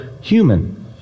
human